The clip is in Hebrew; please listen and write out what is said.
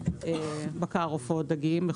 בקר צאן, עופות ודגים.